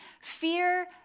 Fear